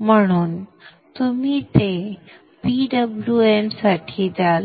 म्हणू जे तुम्ही PWM साठी द्याल